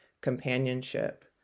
companionship